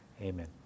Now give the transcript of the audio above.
Amen